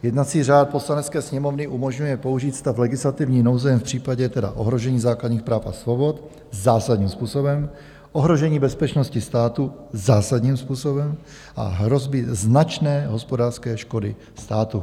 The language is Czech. Jednací řád Poslanecké sněmovny umožňuje použít stav legislativní nouze jen v případě tedy ohrožení základních práv a svobod zásadním způsobem, ohrožení bezpečnosti státu zásadním způsobem a hrozby značné hospodářské škody státu.